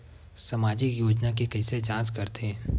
सामाजिक योजना के कइसे जांच करथे?